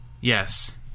Yes